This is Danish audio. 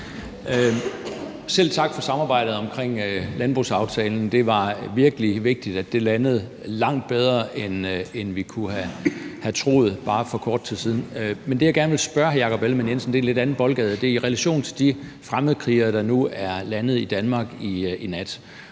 Selv tak for samarbejdet om landbrugsaftalen. Det var virkelig vigtigt, at det landede langt bedre, end vi kunne have troet bare for kort tid siden. Men det, jeg gerne vil spørge hr. Jakob Ellemann-Jensen om, ligger lidt i en anden boldgade. Det er i relation til de fremmedkrigere, der nu er landet i Danmark i nat.